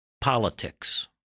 politics